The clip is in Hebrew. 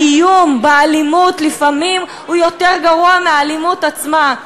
האיום באלימות הוא לפעמים יותר גרוע מהאלימות עצמה.